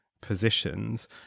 positions